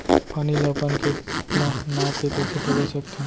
पानी ला अपन खेत म नाप के कइसे पलोय सकथन?